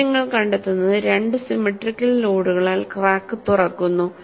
ഇവിടെ നിങ്ങൾ കണ്ടെത്തുന്നത് രണ്ട് സിമെട്രിക്കൽ ലോഡുകളാൽ ക്രാക്ക് തുറക്കുന്നു